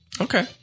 Okay